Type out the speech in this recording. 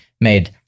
made